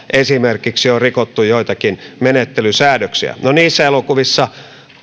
esimerkiksi esitutkinnassa on rikottu joitakin menettelysäädöksiä no niissä elokuvissa